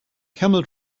camel